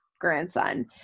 grandson